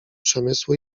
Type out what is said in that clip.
przemysłu